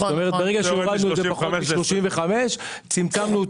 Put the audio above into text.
כלומר ברגע שהורדנו את זה ל-35 צמצמנו את